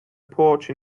porch